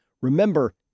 Remember